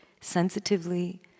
sensitively